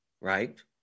right